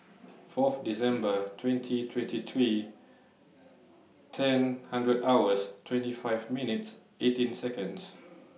Fourth December twenty twenty three ten hundred hours twenty five minutes eighteen Seconds